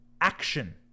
action